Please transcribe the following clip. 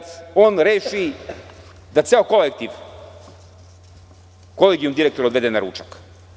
Šta ćemo kad on reši da ceo kolektiv, kolegijum direktora odvede na ručak?